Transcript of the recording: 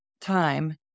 time